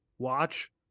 Watch